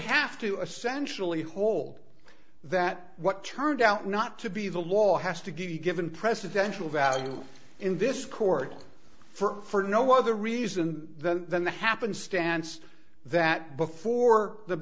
have to essentially hold that what turned out not to be the law has to give you given presidential value in this court for no other reason than the happenstance that before